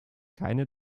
keine